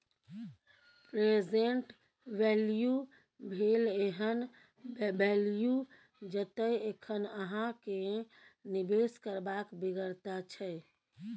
present value भेल एहन value जतय एखन अहाँ केँ निबेश करबाक बेगरता छै